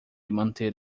manter